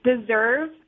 deserve